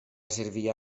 servia